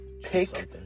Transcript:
pick